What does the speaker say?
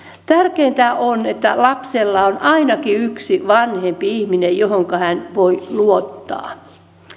tärkeintä on että lapsella on ainakin yksi vanhempi ihminen johonka hän voi luottaa